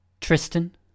Tristan